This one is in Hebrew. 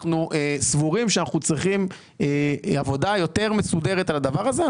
אנחנו סבורים שאנחנו צריכים עבודה יותר מסודרת על הדבר הזה.